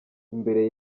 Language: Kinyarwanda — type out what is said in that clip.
imbere